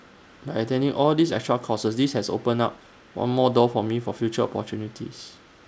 by attending all these extra courses this has opened up one more door for me for future opportunities